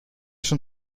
schon